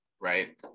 right